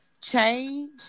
change